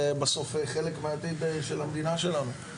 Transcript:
בסוף זה חלק מהעתיד של המדינה שלנו.